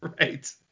Right